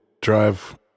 drive